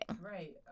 right